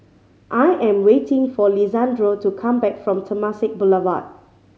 I am waiting for Lisandro to come back from Temasek Boulevard